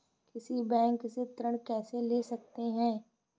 किसी बैंक से ऋण कैसे ले सकते हैं?